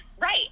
Right